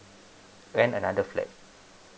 rent another flat